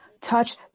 touch